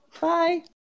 Bye